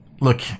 look